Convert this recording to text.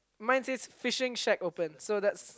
mine says fishing shack open so that's